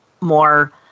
more